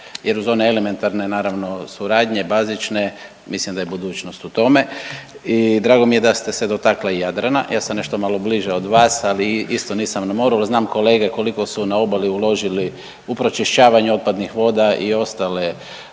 jer uz one elementarne naravno suradnje bazične mislim da je budućnost u tome i drago mi je da ste se dotakla Jadrana. Ja sam nešto malo bliže od vas, ali isto nisam na moru, ali znam kolege koliko su na obali uložili u pročišćavanju otpadnih voda i ostale